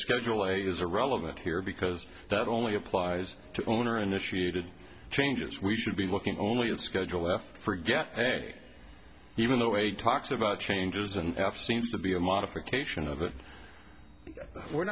schedule is irrelevant here because that only applies to owner initiated changes we should be looking only at schedule f for getting even though a talks about changes and if seems to be a modification of it we're